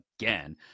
again